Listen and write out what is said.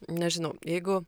nežinau jeigu